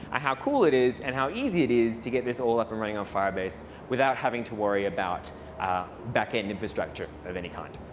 ah how cool it is, and how easy it is to get this all up and running on firebase without having to worry about backend infrastructure of any kind.